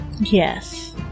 yes